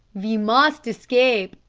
ve must escape,